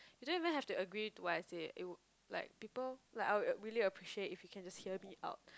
you don't even have to agree to what I say it would like people like I would really appreciate if you can just hear me out